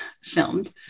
filmed